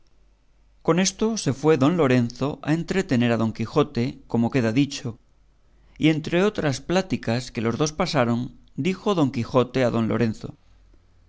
con esto se fue don lorenzo a entretener a don quijote como queda dicho y entre otras pláticas que los dos pasaron dijo don quijote a don lorenzo